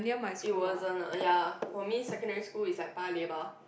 it wasn't ah ya for me secondary school is like Paya-Lebar